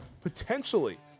potentially